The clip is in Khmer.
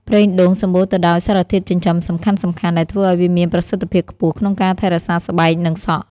ប្រេងដូងសម្បូរទៅដោយសារធាតុចិញ្ចឹមសំខាន់ៗ ដែលធ្វើឲ្យវាមានប្រសិទ្ធភាពខ្ពស់ក្នុងការថែរក្សាស្បែក និងសក់។